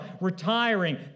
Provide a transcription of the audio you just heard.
retiring